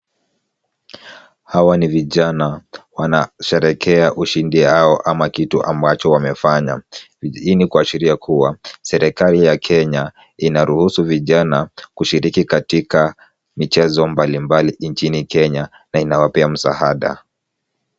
Hawa ni vijana wanasherehekea ushindi yao ama kitu ambacho wamefanya. Hii ni kuashiria kuwa serikali ya Kenya inaruhusu vijana kushiriki katika michezo mbalimbali nchini Kenya na inawapea msaada.